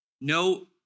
No